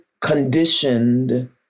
conditioned